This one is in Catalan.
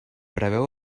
preveu